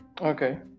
Okay